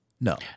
No